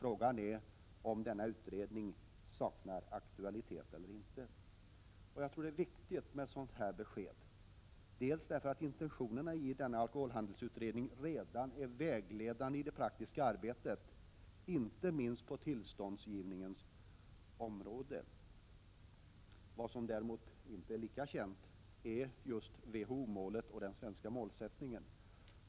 Frågan är alltså om denna utredning saknar aktualitet eller inte. Jag tror att ett sådant här besked är viktigt, bl.a. därför att intentionerna beträffande alkoholhandelsutredningen redan är vägledande i det praktiska arbetet. Det gäller inte minst på tillståndsgivningens område. Vad som däremot inte är lika känt är just WHO-målet och den svenska målsättningen.